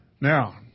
Now